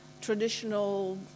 traditional